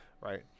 right